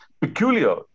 peculiar